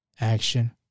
Action